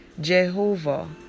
Jehovah